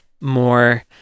more